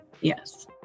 Yes